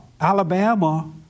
Alabama